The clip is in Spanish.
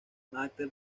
matthew